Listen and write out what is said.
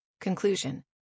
Conclusion